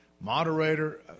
moderator